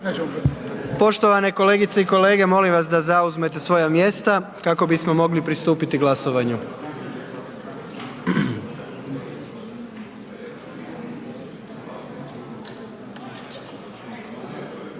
Poštovane kolegice i kolege, molim da zauzmete svoja mjesta kako bismo mogli pristupiti glasovanju.